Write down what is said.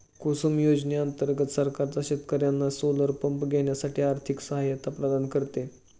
कुसुम योजने अंतर्गत सरकार शेतकर्यांना सोलर पंप घेण्यासाठी आर्थिक सहायता प्रदान करते